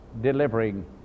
delivering